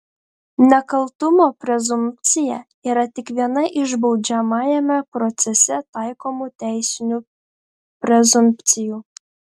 nekaltumo prezumpcija yra tik viena iš baudžiamajame procese taikomų teisinių prezumpcijų